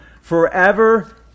forever